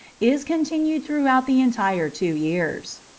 is continued throughout the entire two years.